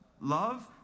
love